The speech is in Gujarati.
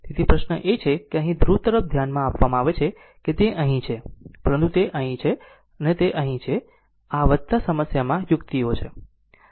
તેથી પ્રશ્ન એ છે કે અહીં ધ્રુવ તરફ ધ્યાન આપવામાં આવે છે તે અહીં છે પરંતુ તે અહીં છે અને તે અહીં છે આ સમસ્યામાં યુક્તિઓ છે